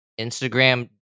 Instagram